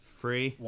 free